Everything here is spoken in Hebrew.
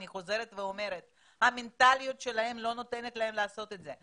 אני חוזרת ואומרת שהמנטליות שלהם לא נותנת להם לעשות זאת.